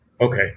Okay